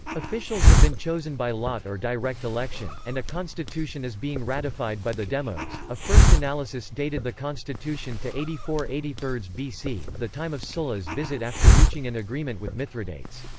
officials have been chosen by lot or direct election, and a constitution is being ratified by the demos. a first analysis dated the constitution to eighty four eighty three bc, the time of sulla's visit after reaching an agreement with mithridates.